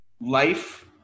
life